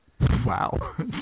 Wow